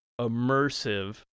immersive